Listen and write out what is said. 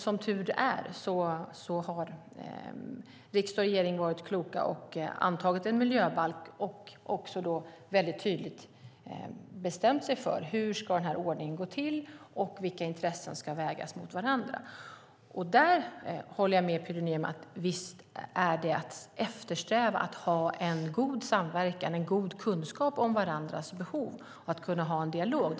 Som tur är har riksdag och regering varit kloka och antagit en miljöbalk och också tydligt bestämt sig för hur detta ska gå till och vilka intressen som ska vägas mot varandra. Jag håller med Pyry Niemi om att det är att eftersträva att ha en god samverkan och en god kunskap om varandras behov och att kunna ha en dialog.